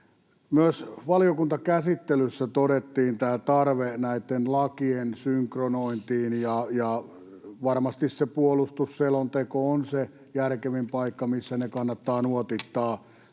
Myös valiokuntakäsittelyssä todettiin tarve näitten lakien synkronointiin, ja varmasti se puolustusselonteko on se järkevin paikka, missä kannattaa nuotittaa